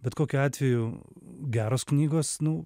bet kokiu atveju geros knygos nu